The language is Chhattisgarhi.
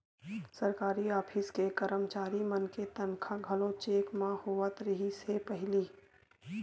सरकारी ऑफिस के करमचारी मन के तनखा घलो चेक म होवत रिहिस हे पहिली